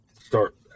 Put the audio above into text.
start